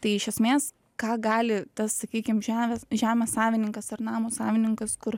tai iš esmės ką gali tas sakykim žemės žemės savininkas ar namo savininkas kur